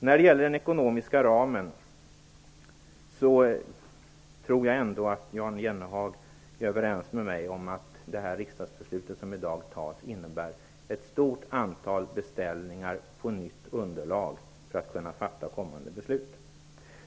När det gäller den ekonomiska ramen tror jag ändå att Jan Jennehag är överens med mig om att det riksdagsbeslut som vi i dag kommer att fatta innebär ett stort antal beställningar på nytt underlag för att vi skall kunna fatta kommande beslut.